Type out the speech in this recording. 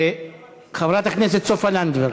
חברת הכנסת סופה לנדבר.